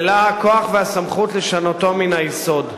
ולה הכוח והסמכות לשנותו מן היסוד.